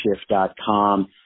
Shift.com